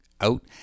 out